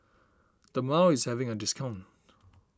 Dermale is having a discount